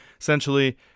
Essentially